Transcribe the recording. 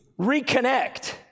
reconnect